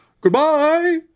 Goodbye